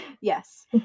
Yes